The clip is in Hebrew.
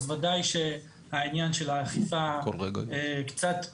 אז ודאי שהעניין של האכיפה קצת מתייתר,